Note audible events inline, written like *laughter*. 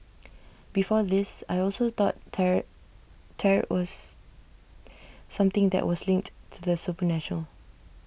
before this I also thought tarot Tarot was *noise* something that was linked to the supernatural